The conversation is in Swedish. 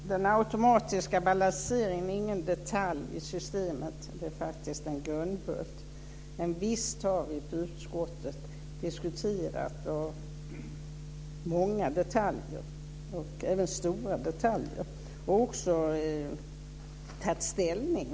Fru talman! Den automatiska balanseringen är ingen detalj i systemet. Den är faktiskt en grundbult. Men visst har vi i utskottet diskuterat många och även stora detaljer, och också tagit ställning.